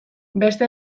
beste